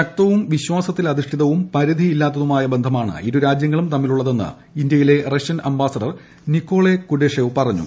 ശക്തവും വിശ്വാസത്തിലധിഷ്ഠിതവും പരിധിയില്ലാത്തതുമായ ബന്ധമാണ് ഇരു രാജ്യങ്ങളും തമ്മിലുള്ളതെന്ന് ഇന്തൃയിലെ റഷ്യൻ അംബാസിഡർ നിക്കോളേ കൂഡഷേവ് പറഞ്ഞു